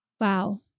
Wow